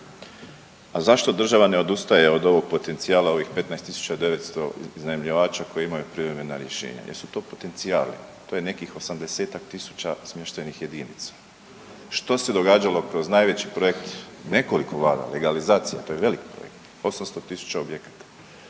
A zašto država ne odustaje od ovog potencijala od ovih 15 tisuća 900 iznajmljivača koji imaju privremena rješenja? Jer su to potencijali, to je nekih 80-tak tisuća smještajnih jedinica. Što se događalo kroz najveći projekt nekoliko vlada, legalizacija? To je velik projekt 800 tisuća objekata.